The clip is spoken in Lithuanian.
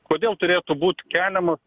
kodėl turėtų būt keliamas